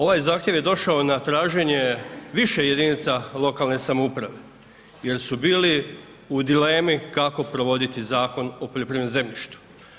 Ovaj zahtjev je došao na traženje više jedinica lokalne samouprave jer su bili u dilemi kako provoditi Zakon o poljoprivrednom zemljištu.